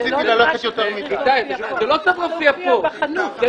כי